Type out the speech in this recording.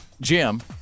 Jim